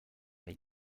les